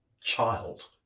child